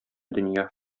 дөнья